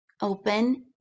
open